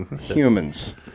Humans